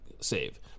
save